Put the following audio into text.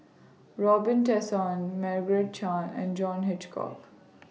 Robin Tessensohn Margaret Chan and John Hitchcock